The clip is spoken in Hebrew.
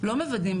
לא מוודאים,